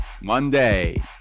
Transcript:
Monday